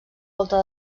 volta